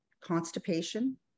Constipation